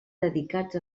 dedicats